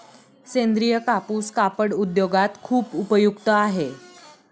सेंद्रीय कापूस कापड उद्योगात खूप उपयुक्त आहे